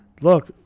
Look